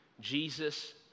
Jesus